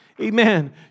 Amen